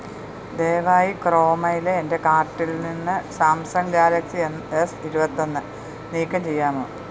ദയവായി ക്രോമയിലെ എൻ്റെ കാർട്ടിൽ നിന്ന് സാംസങ് ഗാലക്സി എസ് ഇരുപത്തൊന്ന് നീക്കം ചെയ്യാമോ